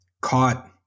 caught